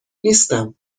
نیستم